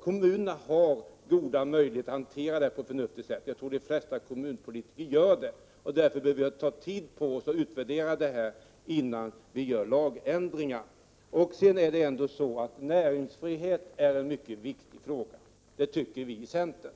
Kommunerna har goda möjligheter att hantera frågan på ett förnuftigt sätt, och jag tror att de flesta kommunpolitiker gör det. Därför behöver vi inte ta tid på oss för att utvärdera frågan, innan vi gör lagändringar. Näringsfrihet är en mycket viktig fråga för oss i centern.